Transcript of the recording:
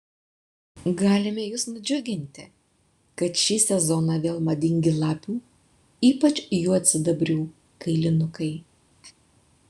galime jus nudžiuginti kad šį sezoną vėl madingi lapių ypač juodsidabrių kailinukai